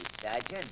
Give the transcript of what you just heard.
Sergeant